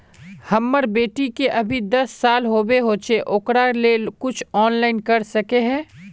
हमर बेटी के अभी दस साल होबे होचे ओकरा ले कुछ ऑनलाइन कर सके है?